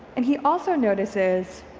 and he also notices